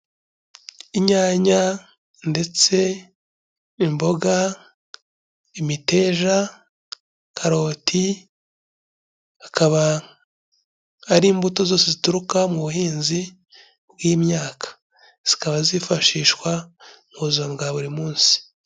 Inyanya ndetse imboga, imiteraja, karoti, akaba ari imbuto zose zituruka mu buhinzi bw'imyaka. Zikaba zifashishwa mu buzima bwa buri munsi.